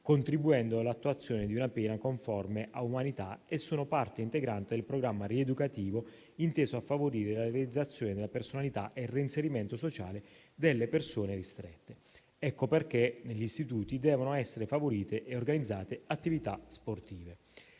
contribuendo all'attuazione di una pena conforme a umanità, e sono parte integrante del programma rieducativo inteso a favorire la realizzazione della personalità e il reinserimento sociale delle persone ristrette. Questo è il motivo per cui negli istituti devono essere favorite e organizzate attività sportive.